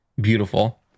beautiful